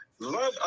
love